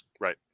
Right